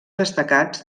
destacats